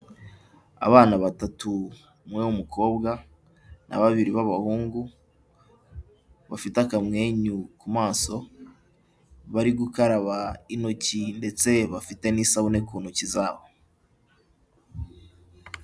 Abana batatu umwe w'umukobwa na babiri b'abahungu bafite akamwenyu ku maso, bari gukaraba intoki ndetse bafite n'isabune ku ntoki zabo.